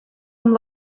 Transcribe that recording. amb